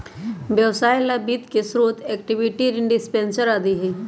व्यवसाय ला वित्त के स्रोत इक्विटी, ऋण, डिबेंचर आदि हई